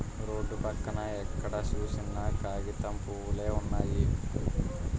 road పక్కన ఎక్కడ సూసినా కాగితం పూవులే వున్నయి